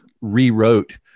rewrote